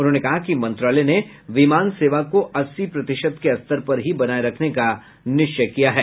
उन्होंने कहा कि मंत्रालय ने विमान सेवा को अस्सी प्रतिशत के स्तर पर ही बनाए रखने का निश्चय किया है